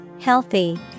Healthy